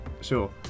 Sure